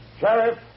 Sheriff